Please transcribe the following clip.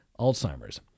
Alzheimer's